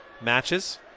matches